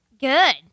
Good